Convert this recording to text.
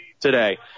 today